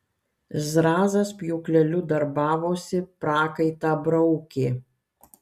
zrazas pjūkleliu darbavosi prakaitą braukė